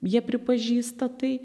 jie pripažįsta tai